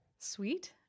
sweet